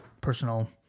personal